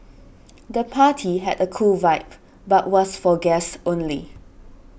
the party had a cool vibe but was for guests only